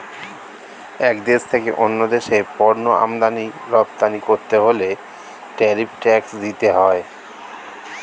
এক দেশ থেকে অন্য দেশে পণ্য আমদানি রপ্তানি করতে হলে ট্যারিফ ট্যাক্স দিতে হয়